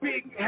Big